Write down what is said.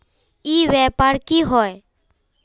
ई व्यापार की होय है?